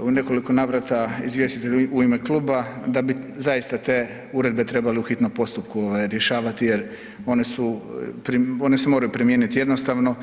u nekoliko navrata izvjestitelj u ime kluba, da bi zaista te uredbe trebali u hitnom postupku ovaj rješavati jer one su, one se moraju primijeniti jednostavno.